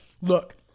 look